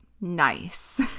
nice